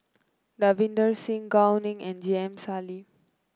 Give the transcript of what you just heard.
Davinder Singh Gao Ning and J M Sali